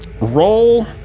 Roll